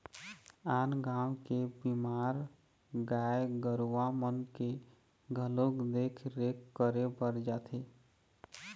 आन गाँव के बीमार गाय गरुवा मन के घलोक देख रेख करे बर जाथे